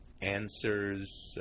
Answers